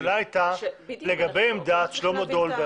בדיוק, אנחנו לא מצליחים להבין.